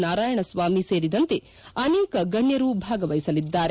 ನಾರಾಯಣಸ್ವಾಮಿ ಸೇರಿದಂತೆ ಅನೇಕ ಗಣ್ಣರು ಭಾಗವಹಿಸಲಿದ್ದಾರೆ